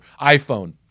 iPhone